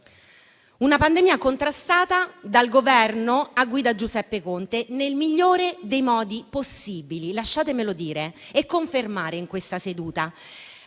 La pandemia è stata contrastata dal Governo a guida Giuseppe Conte nel migliore dei modi possibili, lasciatemelo dire e confermare in questa seduta.